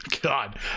God